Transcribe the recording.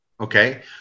Okay